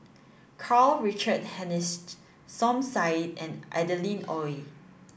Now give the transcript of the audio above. Karl Richard Hanitsch Som Said and Adeline Ooi